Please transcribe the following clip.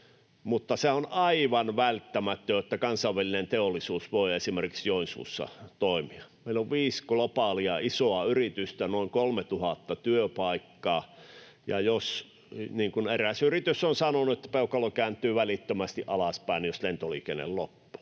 mutta se on aivan välttämätöntä, että kansainvälinen teollisuus voi esimerkiksi Joensuussa toimia. Meillä on viisi globaalia, isoa yritystä, noin 3 000 työpaikkaa. Eräs yritys on sanonut, että peukalo kääntyy välittömästi alaspäin, jos lentoliikenne loppuu,